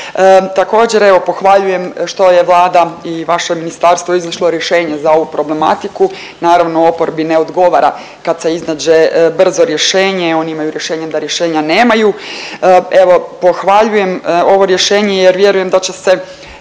Također evo pohvaljujem što je Vlada i vaše ministarstvo iznašlo rješenje za ovu problematiku. Naravno oporbi ne odgovara kad se iznađe brzo rješenje. Oni imaju rješenje da rješenja nemaju. Evo pohvaljujem ovo rješenje jer vjerujem da će se